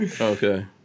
okay